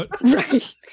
Right